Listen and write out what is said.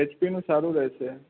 એચપીનું સારું રહેશે